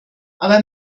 aber